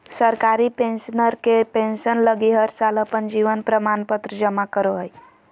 सरकारी पेंशनर के पेंसन लगी हर साल अपन जीवन प्रमाण पत्र जमा करो हइ